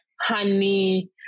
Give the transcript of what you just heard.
honey